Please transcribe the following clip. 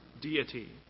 deity